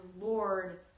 Lord